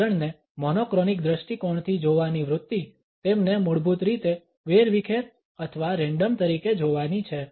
આ વલણને મોનોક્રોનિક દ્રષ્ટિકોણથી જોવાની વૃત્તિ તેમને મૂળભૂત રીતે વેરવિખેર અથવા રેંડમ તરીકે જોવાની છે